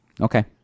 Okay